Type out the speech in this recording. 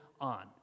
on